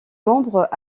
membres